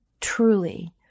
truly